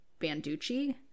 Banducci